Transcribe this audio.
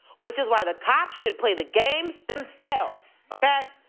which is why the cops should play the games themselves, okay?